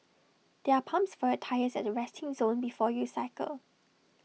there are pumps for your tyres at the resting zone before you cycle